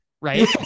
right